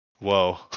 Whoa